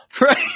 Right